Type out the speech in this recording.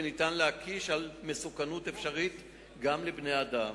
וניתן להקיש על מסוכנות אפשרית גם לבני-האדם.